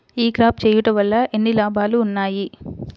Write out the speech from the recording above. ఈ క్రాప చేయుట వల్ల ఎన్ని లాభాలు ఉన్నాయి?